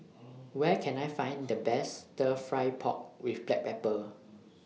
Where Can I Find The Best Stir Fry Pork with Black Pepper